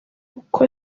uko